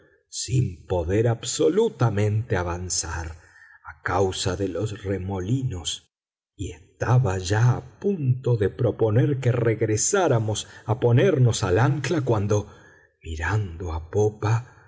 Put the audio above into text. sin poder absolutamente avanzar a causa de los remolinos y estaba ya a punto de proponer que regresáramos a ponernos al ancla cuando mirando a popa